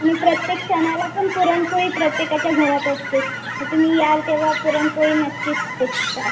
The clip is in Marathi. आणि प्रत्येक सणाला पण पुरणपोळी प्रत्येकाच्या घरात असतेच तर तुम्ही याल तेव्हा पुरणपोळी नक्कीच टेस्ट करा